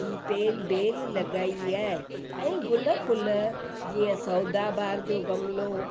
जी पेल बेल लगाई आहे ऐ गुलु फुलु जीअं सौदा बहार जो गमलो